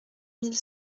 mille